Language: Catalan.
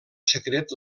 secret